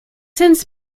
since